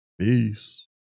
peace